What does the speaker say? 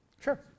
Sure